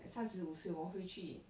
at 三十五岁我会去